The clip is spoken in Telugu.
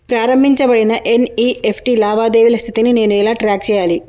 ప్రారంభించబడిన ఎన్.ఇ.ఎఫ్.టి లావాదేవీల స్థితిని నేను ఎలా ట్రాక్ చేయాలి?